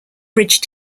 bridge